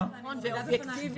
אני מורידה בפנייך את הכובע.